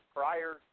prior